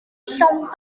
llond